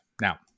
Now